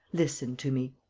listen to me.